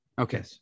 Okay